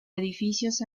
edificios